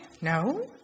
No